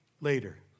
later